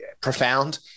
profound